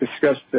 discussed